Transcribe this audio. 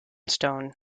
stone